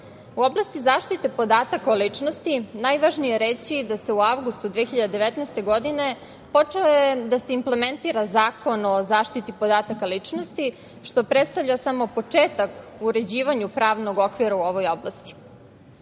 oblasti zaštite podataka o ličnosti najvažnije je reći da se u avgustu 2019. godine počeo da implementira Zakon o zaštiti podataka ličnosti, što predstavlja samo početak u uređivanju pravnog okvira u ovoj oblasti. Godine